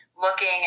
looking